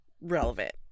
relevant